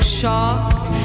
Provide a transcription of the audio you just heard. shocked